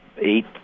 eight